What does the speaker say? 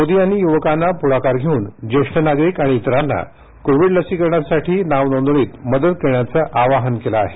मोदी यांनी युवकांना पुढाकार घेऊन ज्येष्ठ नागरिक आणि इतरांना कोविड लसीकरणासाठी नाव नोंदणीत मदत करण्याचं आवाहन केलं आहे